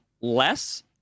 less